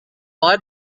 are